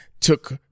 took